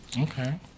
Okay